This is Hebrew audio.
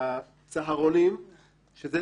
הצהרונים שזה